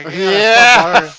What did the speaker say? yeah!